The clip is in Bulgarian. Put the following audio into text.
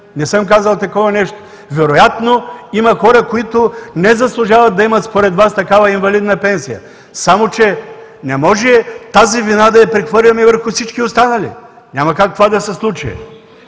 Не съм казал такова нещо. Вероятно има хора, които не заслужават да имат според Вас такава инвалидна пенсия само че не може тази вина да я прехвърляме върху всички останали. Няма как това да се случи.